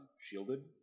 shielded